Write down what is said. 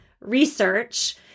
research